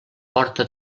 porta